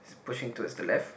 pushing towards the left